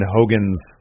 Hogan's